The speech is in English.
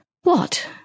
What